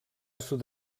sud